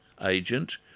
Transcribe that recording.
agent